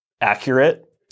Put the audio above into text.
accurate